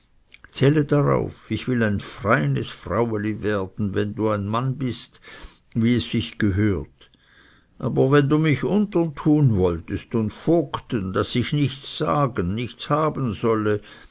zähle darauf ich will ein freines fraueli werden wenn du ein mann bist wie es sich gehört aber wenn du mich unterntun wolltest und vogten daß ich nichts sagen nichts haben sollte